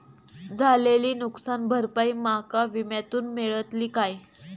झालेली नुकसान भरपाई माका विम्यातून मेळतली काय?